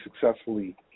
successfully